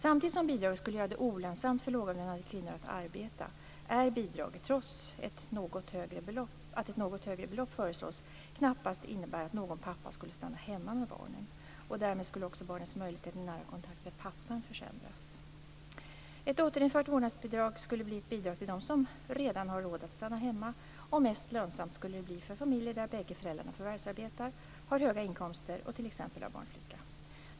Samtidigt som bidraget skulle göra det olönsamt för lågavlönade kvinnor att arbeta skulle bidraget, trots att ett något högre belopp föreslås, knappast innebära att någon pappa skulle stanna hemma med barnen. Därmed skulle också barnens möjligheter till nära kontakt med pappan försämras. Ett återinfört barnbidrag skulle bli ett bidrag till dem som redan har råd att stanna hemma. Mest lönsamt skulle det bli för familjer där bägge föräldrarna förvärvsarbetar, har höga inkomster och t.ex. har barnflicka.